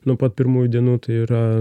nuo pat pirmųjų dienų tai yra